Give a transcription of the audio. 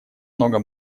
много